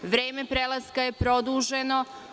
Vreme prelaska je produženo.